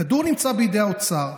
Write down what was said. הכדור נמצא בידי האוצר.